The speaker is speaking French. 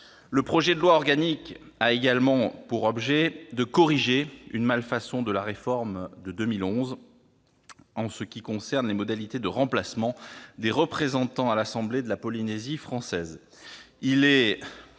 Le projet de loi organique a également pour objet decorriger une malfaçon de la réforme de 2011 en ce quiconcerne les modalités de remplacement des représentants à l'assemblée de la Polynésie française. Il est